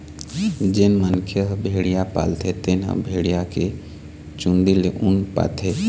जेन मनखे ह भेड़िया पालथे तेन ह भेड़िया के चूंदी ले ऊन पाथे